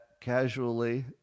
casually